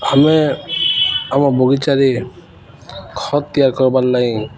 ଆମେ ଆମ ବଗିଚାରେ ଖତ ତିଆରି କରବାର୍ ଲାଗି